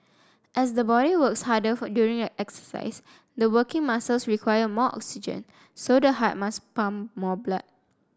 as the body works harder during exercise the working muscles require more oxygen so the heart must pump more blood